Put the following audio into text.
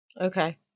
Okay